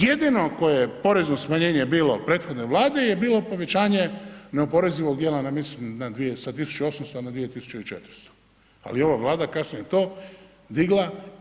Jedino koje je porezno smanjenje bilo u prethodnoj vladi je bilo povećanje neoporezivog dijela na mislim sa 1.800 na 2.400, ali je ova Vlada kasnije to digla.